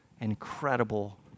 Incredible